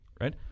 right